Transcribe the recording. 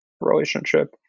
relationship